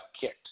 kicked